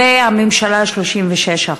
והממשלה, 36%,